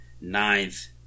Ninth